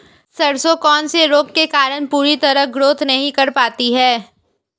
सरसों कौन से रोग के कारण पूरी तरह ग्रोथ नहीं कर पाती है?